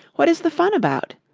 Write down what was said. what is the fun about?